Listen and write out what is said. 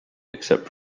except